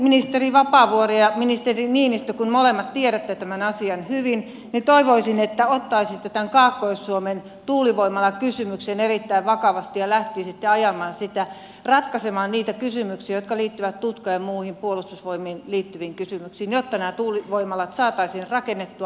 ministeri vapaavuori ja ministeri niinistö kun molemmat tiedätte tämän asian hyvin niin toivoisin että ottaisitte tämän kaakkois suomen tuulivoimalakysymyksen erittäin vakavasti ja lähtisitte ajamaan sitä ratkaisemaan niitä kysymyksiä jotka liittyvät tutka ja muihin puolustusvoimiin liittyviin kysymyksiin jotta nämä tuulivoimalat saataisiin rakennettua